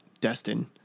Destin